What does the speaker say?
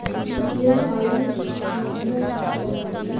EMI मतलब का होब हइ?